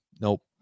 Nope